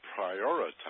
prioritize